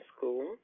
School